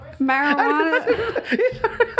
marijuana